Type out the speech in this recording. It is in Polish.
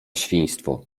świństwo